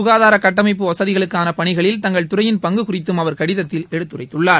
குகாதாரக் கட்டமைப்பு வசதிகளுக்கான பணிகளில் தங்கள் துறையின் பங்கு குறித்தும் அவர் கடிதத்தில் எடுத்துரைத்துள்ளார்